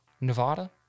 Nevada